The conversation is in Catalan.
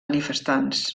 manifestants